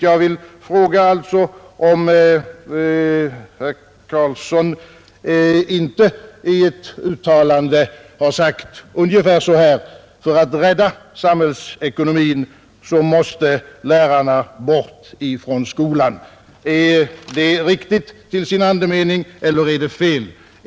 Jag vill fråga om herr Carlsson inte i ett uttalande har sagt ungefär så här: För att rädda samhällsekonomin måste lärarna bort från skolan. Är det riktigt återgivet till sin andemening eller är det fel?